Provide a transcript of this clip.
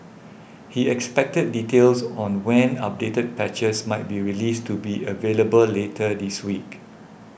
he expected details on when updated patches might be released to be available later this week